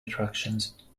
attractions